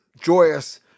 joyous